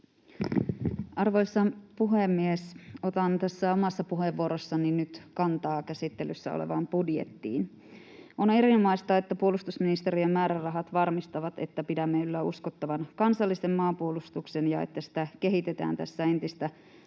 Arvoisa puhemies! Otan tässä omassa puheenvuorossani nyt kantaa käsittelyssä olevaan budjettiin. On erinomaista, että puolustusministeriön määrärahat varmistavat, että pidämme yllä uskottavan kansallisen maanpuolustuksen ja että sitä kehitetään tässä entistä